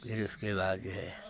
फिर इसके बाद जो है